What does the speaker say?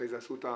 אחרי זה עשו אותה